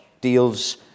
deals